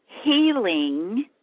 healing